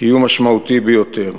כאיום משמעותי ביותר.